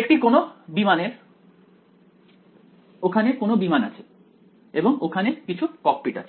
একটি কোনও বিমানের ওখানে কোনও বিমান আছে এবং ওখানে কিছু ককপিট আছে